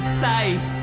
sight